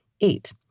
Eight